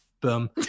boom